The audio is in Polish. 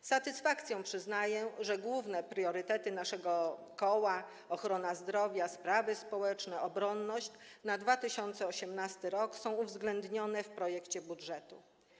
Z satysfakcją przyznaję, że główne priorytety naszego koła, ochrona zdrowia, sprawy społeczne, obronność, na 2018 r. są uwzględnione w projekcie budżetu.